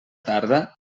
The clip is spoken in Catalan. tarda